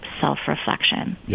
self-reflection